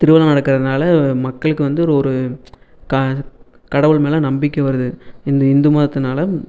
திருவிழா நடக்கறதுனால மக்களுக்கு வந்து ஒரு கடவுள் மேலே நம்பிக்கை வருது இந்த இந்து மதத்துனால